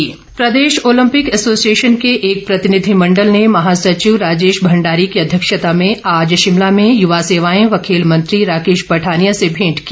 मेंट Pradesh Olympic Association के एक प्रतिनिधिमंडल ने महासचिव राजेश भंडारी की अध्यक्षता में आज शिमला में युवा सेवाए व खेल मंत्री राकेश पठानिया से भेंट की